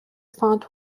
font